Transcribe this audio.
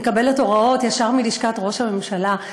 המקבלת הוראות ישר מלשכת ראש הממשלה,